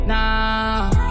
Now